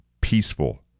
peaceful